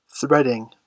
Threading